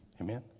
Amen